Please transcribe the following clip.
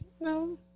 No